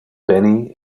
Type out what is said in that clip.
benny